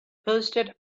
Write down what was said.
posted